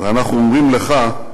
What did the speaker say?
ואנחנו אומרים לך: